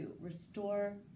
restore